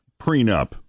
prenup